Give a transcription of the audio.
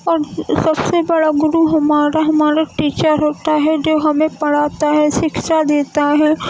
اور سب سے بڑا گرو ہمارا ہمارا ٹیچر ہوتا ہے جو ہمیں پڑھاتا ہے سکچھا دیتا ہے